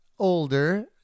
Older